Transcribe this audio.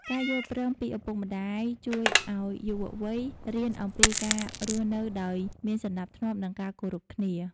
ការយល់ព្រមពីឪពុកម្ដាយជួយឱ្យយុវវ័យរៀនអំពីការរស់នៅដោយមានសណ្តាប់ធ្នាប់ និងការគោរពគ្នា។